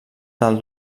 dalt